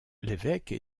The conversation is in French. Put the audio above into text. l’évêque